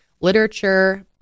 literature